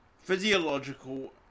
Physiological